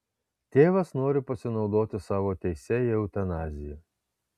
tėvas nori pasinaudoti savo teise į eutanaziją